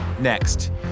next